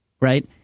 right